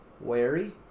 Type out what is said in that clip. wary